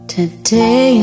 Today